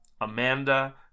Amanda